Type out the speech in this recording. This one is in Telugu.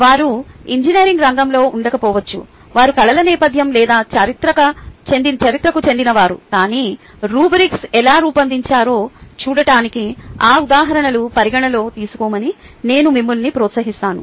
వారు ఇంజనీరింగ్ రంగంలో ఉండకపోవచ్చు వారు కళల నేపథ్యం లేదా చరిత్రకు చెందినవారు కాని రుబ్రిక్స్ ఎలా రూపొందించారో చూడటానికి ఆ ఉదాహరణలను పరిగణలో తీసుకోమని నేను మిమ్మల్ని ప్రోత్సహిస్తాను